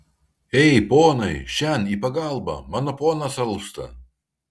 ei ponai šen į pagalbą mano ponas alpsta